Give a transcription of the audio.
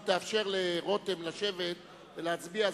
אם תאפשר לרותם לשבת ולהצביע,